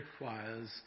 requires